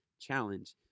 challenge